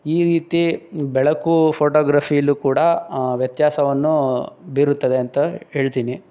ಈ ರೀತಿ ಬೆಳಕು ಫೋಟೋಗ್ರಫೀಲೂ ಕೂಡ ವ್ಯತ್ಯಾಸವನ್ನು ಬೀರುತ್ತದೆ ಅಂತ ಹೇಳ್ತಿನಿ